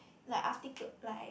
like article like